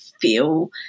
feel